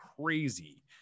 crazy